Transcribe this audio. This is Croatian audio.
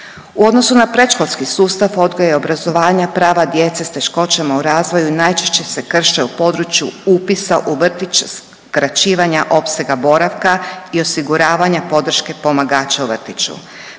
U odnosu na predškolski sustav odgoja i obrazovanja prava djece s teškoćama u razvoju najčešće se krše u području upisa u vrtić, skraćivanja opsega boravka i osiguravanja podrške pomagača u vrtiću.